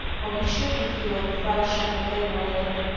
when he should be feeling fresh and invigorated,